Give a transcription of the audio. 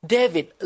David